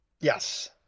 yes